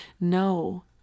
No